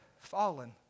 fallen